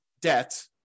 debt